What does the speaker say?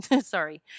sorry